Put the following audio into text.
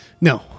No